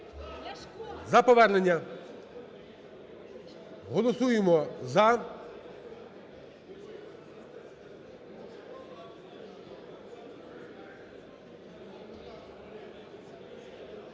за повернення. Голосуємо за...